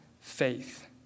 faith